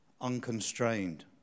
unconstrained